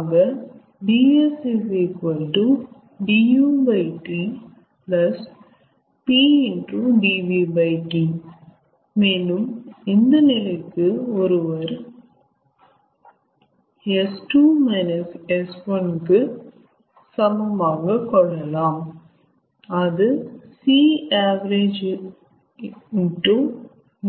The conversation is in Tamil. ஆக 𝑑𝑠 𝑑𝑢T 𝑝 𝑑𝑣T மேலும் இந்த நிலைக்கு ஒருவர் S2 S1 கு சமமாக கொள்ளலாம் அது Cavg